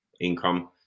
income